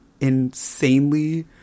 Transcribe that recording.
insanely